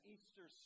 Easter